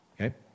Okay